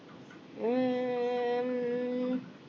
mm